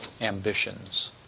ambitions